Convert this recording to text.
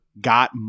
got